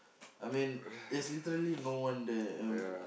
I mean there's literally no one there um